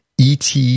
et